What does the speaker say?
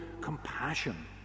compassion